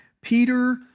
Peter